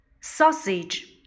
Sausage